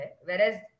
Whereas